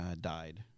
died